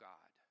God